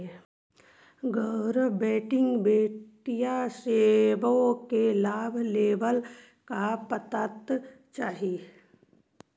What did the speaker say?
गैर बैंकिंग वित्तीय सेवाओं के लाभ लेवेला का पात्रता चाही?